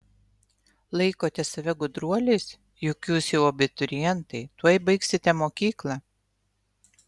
laikote save gudruoliais juk jūs jau abiturientai tuoj baigsite mokyklą